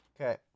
Okay